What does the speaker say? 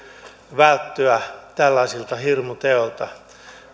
välttyä tällaisilta hirmuteoilta